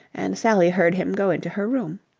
and sally heard him go into her room.